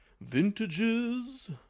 Vintages